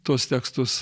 tuos tekstus